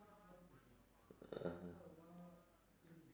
(uh huh)